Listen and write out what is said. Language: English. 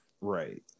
Right